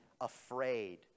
afraid